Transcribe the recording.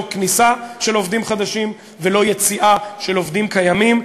לא כניסה של עובדים חדשים ולא יציאה של עובדים קיימים,